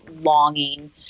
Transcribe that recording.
longing